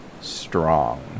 strong